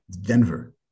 Denver